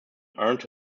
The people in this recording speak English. earned